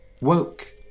woke